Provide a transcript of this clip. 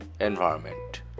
environment